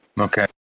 okay